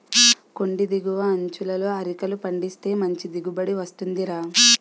కొండి దిగువ అంచులలో అరికలు పండిస్తే మంచి దిగుబడి వస్తుందిరా